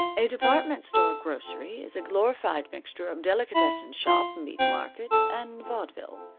a department store grocery is a glorified mixture of delicatessen shop, meat market, and vaudeville.